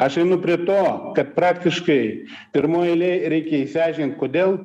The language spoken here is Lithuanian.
aš einu prie to kad praktiškai pirmoj eilėj reikia išsiaiškint kodėl